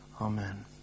Amen